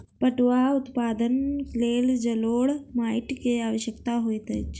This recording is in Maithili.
पटुआक उत्पादनक लेल जलोढ़ माइट के आवश्यकता होइत अछि